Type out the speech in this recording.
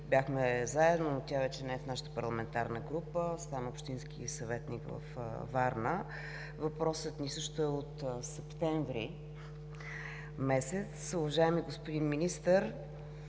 Бяхме заедно, но тя вече не е в нашата парламентарна група, защото стана общински съветник във Варна. Въпросът ни е от месец септември. Уважаеми господин Министър,